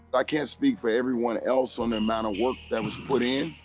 i can't speak for everyone else on the amount of work that was put in.